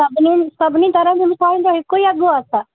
सभिनी सभिनी तरह जी मिठाईनि जो हिक ई अघि आहे छा